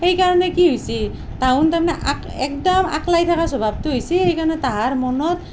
সেইকাৰণে কি হৈছি তাহুন তাৰ মানে একদম আকলাই থাকা স্বভাৱটো হৈছি সেইকাৰণে তাহাৰ মনত